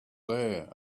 there